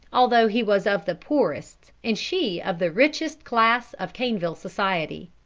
although he was of the poorest and she of the richest class of caneville society.